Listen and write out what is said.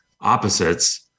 opposites